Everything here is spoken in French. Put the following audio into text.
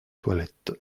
toilette